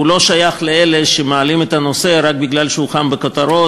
לא שייך לאלה שמעלים את הנושא רק כי הוא חם בכותרות